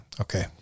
Okay